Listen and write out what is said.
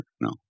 No